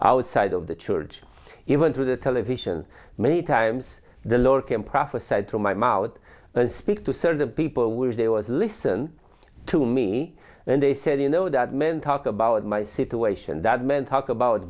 outside of the church even through the television many times the lorcan prophesied to my mouth and speak to serve the people were there was listen to me and they said you know that men talk about my situation that men talk about